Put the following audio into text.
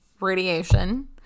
radiation